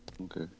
Okay